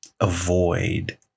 avoid